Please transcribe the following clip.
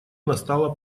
настала